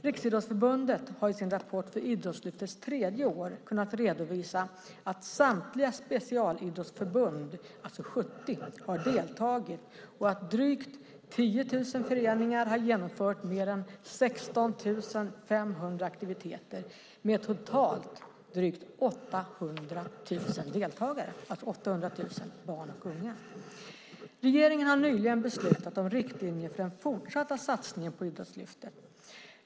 Riksidrottsförbundet har i sin rapport för Idrottslyftets tredje år kunnat redovisa att samtliga 70 specialidrottsförbund har deltagit och att drygt 10 000 föreningar har genomfört mer än 16 500 aktiviteter med totalt drygt 800 000 deltagare, alltså 800 000 barn och ungdomar. Regeringen har nyligen beslutat om riktlinjer för den fortsatta satsningen på Idrottslyftet.